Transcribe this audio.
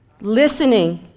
listening